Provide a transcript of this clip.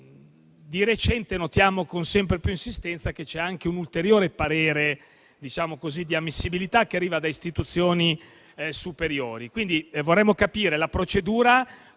di recente notiamo con sempre maggiore frequenza che c'è anche un ulteriore parere, diciamo così, di ammissibilità che arriva da istituzioni superiori. Quindi, vorremmo capire la procedura